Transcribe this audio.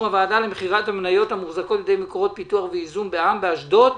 הוועדה למכירת המניות המוחזקות בידי מקורות פיתוח וייזום בע"מ באשדוד